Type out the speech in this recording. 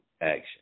action